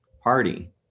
party